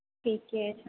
ठीके छै